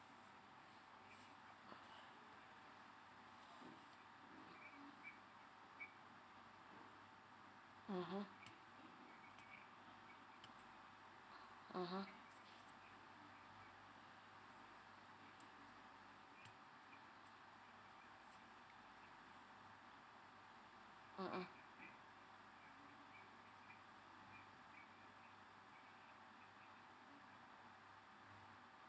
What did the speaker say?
mmhmm mmhmm mmhmm